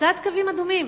קצת קווים אדומים.